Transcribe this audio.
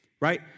right